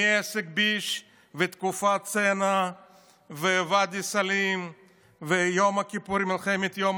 מעסק הביש ותקופת הצנע וואדי סאליב ומלחמת יום